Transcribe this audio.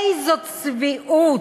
איזו צביעות.